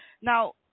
Now